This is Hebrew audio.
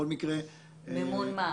מימון מה?